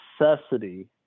necessity